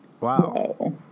Wow